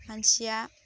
मानसिया